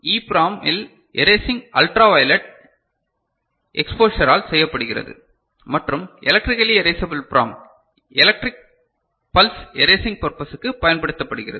EPROM இல் erasing ultraviolet எக்ஸ்போஷரால் செய்யப்படுகிறது மற்றும் electrically erasable PROM electric pulse erasing பர்பசுக்கு பயன்படுத்தப்படுகிறது